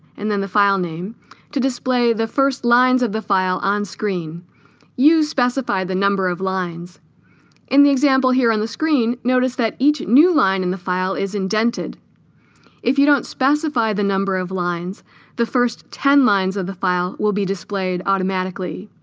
and then the file name to display the first lines of the file on-screen you specify the number of lines in the example here on the screen notice that each new line and the file is indented if you don't specify the number of lines the first ten lines of the file will be displayed automatically